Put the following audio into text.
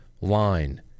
line